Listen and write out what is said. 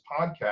podcast